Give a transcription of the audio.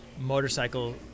motorcycle